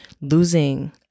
losing